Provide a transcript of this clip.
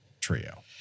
trio